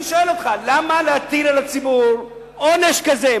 אני שואל אותך, למה להטיל על הציבור עונש כזה?